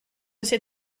ces